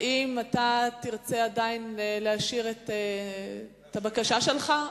האם אתה תרצה עדיין להשאיר את הבקשה שלך?